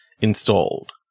installed